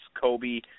Kobe